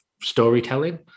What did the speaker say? storytelling